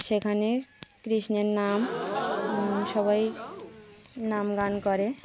সেখানে কৃষ্ণের নাম সবাই নাম গান করে